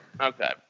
Okay